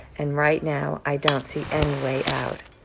and right now i don't see any way out.